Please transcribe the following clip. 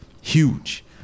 huge